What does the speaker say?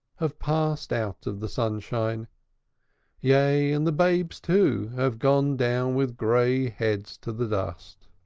have passed out of the sunshine yea, and the babes, too, have gone down with gray heads to the dust.